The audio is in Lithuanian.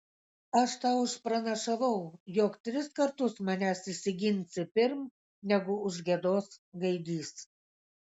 aš tau išpranašavau jog tris kartus manęs išsiginsi pirm negu užgiedos gaidys